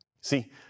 See